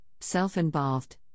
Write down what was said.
self-involved